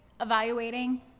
evaluating